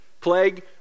plague